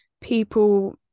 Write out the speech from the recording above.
people